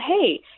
hey